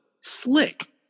slick